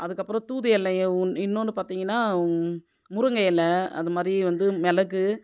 அதுக்கப்புறம் தூது இலய இன்னொன்று பார்த்தீங்கன்னா முருங்கை இல அந்த மாதிரி வந்து மிளகு